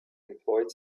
employed